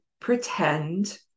pretend